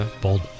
Bold